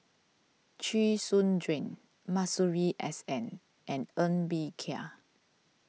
Chee Soon Juan Masuri S N and Ng Bee Kia